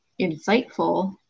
insightful